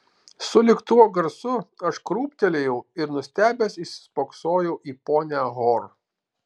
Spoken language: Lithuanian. sulig tuo garsu aš krūptelėjau ir nustebęs įsispoksojau į ponią hor